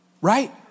right